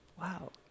Wow